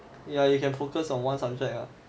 ya you can focus on one subject ah